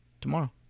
tomorrow